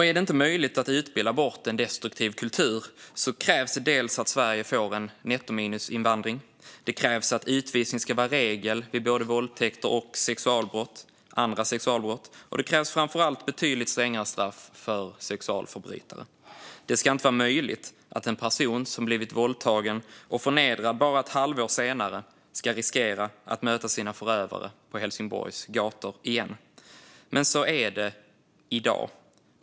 Om det inte är möjligt att utbilda bort en destruktiv kultur krävs det dels att Sverige får en nettominusinvandring, dels att utvisning ska vara regel vid både våldtäkter och andra sexualbrott. Och det krävs framför allt betydligt strängare straff för sexualförbrytare. Det ska inte vara möjligt att en person som har blivit våldtagen och förnedrad bara ett halvår senare ska riskera att möta sina förövare på Helsingborgs gator igen, men så är det i dag.